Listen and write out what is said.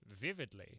Vividly